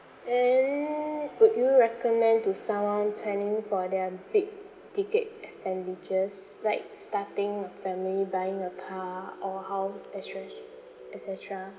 then would you recommend to someone planning for their big ticket expenditures like starting a family buying a car or house et cet~ et cetera